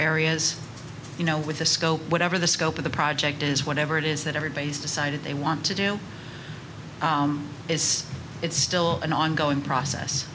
areas you know with a scope whatever the scope of the project is whatever it is that everybody has decided they want to do is it's still an ongoing process